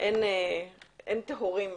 אין טהורים.